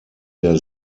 der